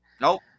nope